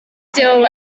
still